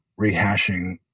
rehashing